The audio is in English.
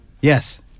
Yes